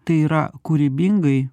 tai yra kūrybingai